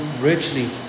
richly